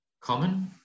common